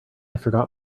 forgot